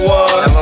one